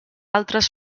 altres